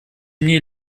мне